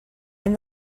and